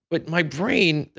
but my brain,